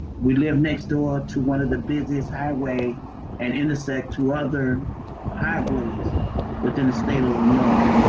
we live next door to one of the busiest highway and intersect two other highways within the state of illinois.